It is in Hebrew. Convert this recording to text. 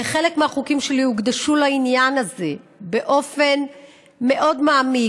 וחלק מהחוקים שלי הוקדשו לעניין הזה באופן מאוד מעמיק,